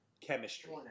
chemistry